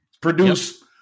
Produce